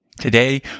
Today